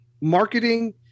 marketing